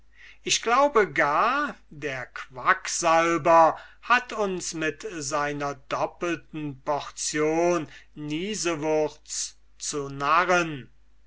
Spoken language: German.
ich glaube gar der quacksalber hat uns mit seiner doppelten portion niesewurz zum narren